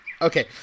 Okay